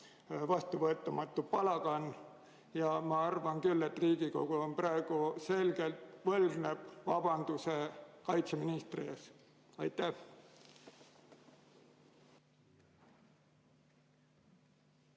vastuvõetamatu palagan. Ma arvan küll, et Riigikogu praegu selgelt võlgneb vabanduse kaitseministrile. Aitäh